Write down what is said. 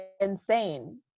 insane